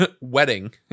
wedding